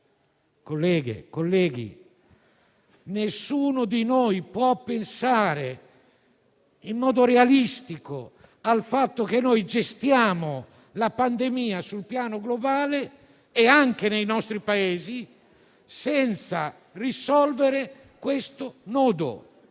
Colleghe e colleghi, nessuno di noi può pensare in modo realistico che gestiamo la pandemia sul piano globale e nei nostri Paesi senza risolvere questo nodo.